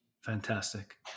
Fantastic